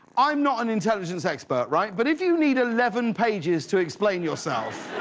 i'm not an intelligence expert, right, but if you need eleven pages to explain yourself,